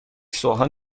سوهان